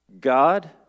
God